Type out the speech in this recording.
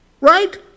right